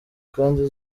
kandi